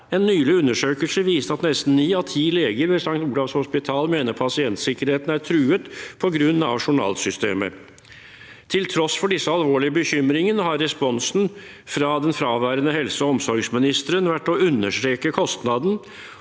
En nylig undersøkelse viste at nesten ni av ti leger ved St. Olavs hospital mener pasientsikkerheten er truet på grunn av journalsystemet. Til tross for disse alvorlige bekymringene har responsen fra den fraværende helse- og omsorgsministeren vært å understreke kostnaden